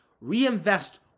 Reinvest